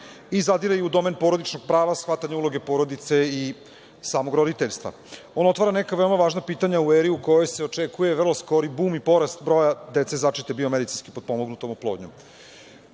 i zadire u domen porodičnog prava, shvatanja uloge porodice i samog roditeljstva. On otvara neka veoma važna pitanja u eri u kojoj se očekuje vrlo skori bum i porast broja dece začete biomedicinski potpomognutom oplodnjom.U